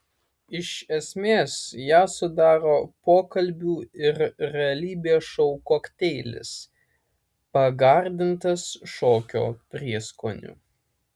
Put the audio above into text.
iš esmės ją sudaro pokalbių ir realybės šou kokteilis pagardintas šokio prieskoniu